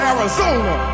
Arizona